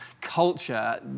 culture